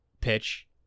pitch